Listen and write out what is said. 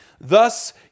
Thus